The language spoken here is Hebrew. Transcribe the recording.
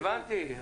הבנתי.